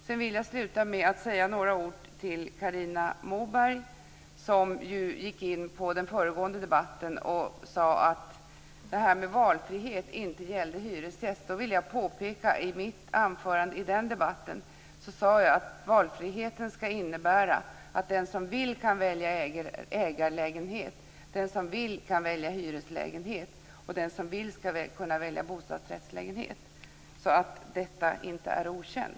Jag vill avsluta med att säga några ord till Carina Moberg, som i den föregående debatten sade att detta med valfrihet inte gäller hyresgäster. Jag vill då påpeka att i mitt anförande i den debatten sade jag att valfriheten skall innebära att den som vill skall kunna välja ägarlägenhet, hyreslägenhet eller bostadsrättslägenhet, så att detta inte är okänt.